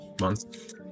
months